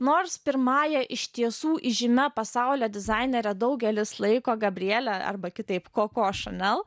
nors pirmąja iš tiesų įžymia pasaulio dizainere daugelis laiko gabrielę arba kitaip koko šanel